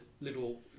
little